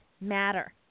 matter